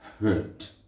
hurt